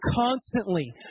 constantly